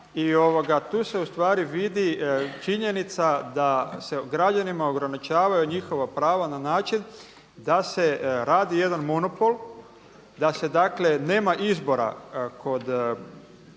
kuna i tu se vidi činjenica se građanima ograničavaju njihova prava na način da se radi jedan monopol, da se nema izbora kod